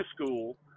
school